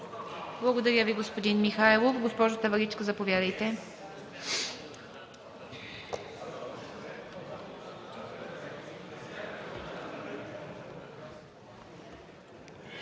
Благодаря Ви, господин Михайлов. Госпожо Таваличка, заповядайте.